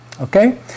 Okay